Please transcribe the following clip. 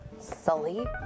Sully